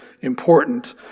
important